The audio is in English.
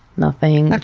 nothing.